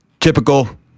Typical